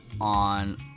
on